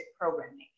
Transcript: programming